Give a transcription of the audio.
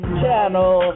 channel